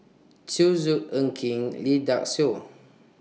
Zhu Xu Ng Eng Kee Lee Dai Soh